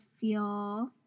feel